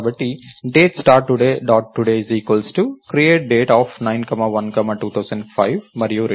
కాబట్టి Date today today create date 9 1 2005 మరియు return